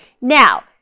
Now